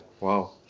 wow